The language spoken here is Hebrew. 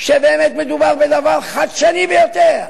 שבאמת מדובר בדבר חדשני ביותר.